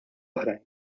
oħrajn